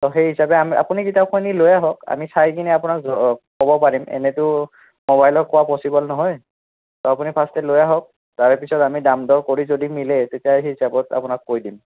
ত' সেই হিচাপে আমি আপুনি কিতাপখিনি লৈ আহক আমি চাই কিনে আপোনাক জ ক'ব পাৰিম এনেইতো মবাইলত কোৱা পচিবল নহয় ত' আপুনি ফাৰ্ষ্টে লৈ আহক তাৰপিছত আমি দাম দৰ কৰি যদি মিলে তেতিয়া সেই হিচাপত আপোনাক কৈ দিম